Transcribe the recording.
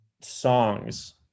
songs